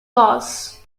laws